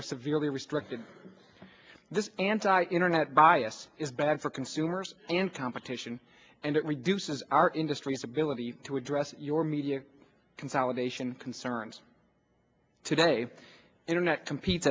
are severely restricted this anti internet bias is bad for consumers and competition and it reduces our industry's ability to address your media consolidation concerns today internet compete